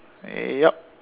eh yup